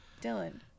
Dylan